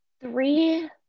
three